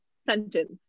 sentence